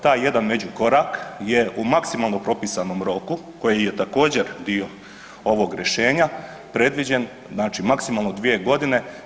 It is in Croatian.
Taj jedan međukorak je u maksimalno propisanom roku koji je također, dio ovog rješenja predviđen, znači maksimalno 2 godine.